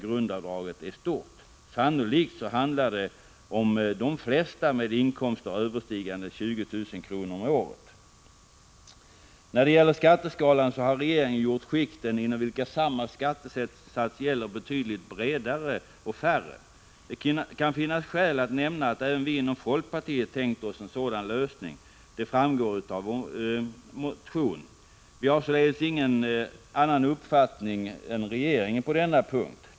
Sannolikt drabbas de flesta av dem som har inkomster överstigande 20 000 kr. om året. När det gäller skatteskalan har regeringen gjort de skikt inom vilka samma skattesats gäller betydligt bredare och färre. Det kan finnas skäl att nämna att även vi i folkpartiet har tänkt oss en sådan lösning. Det framgår av vår motion. Vår uppfattning skiljer sig således inte från regeringens på denna punkt.